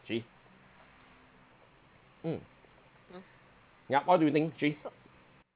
actually mm ya what do you think actually